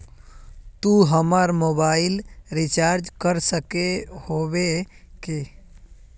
तू हमर mobile recharge कर सके होबे की?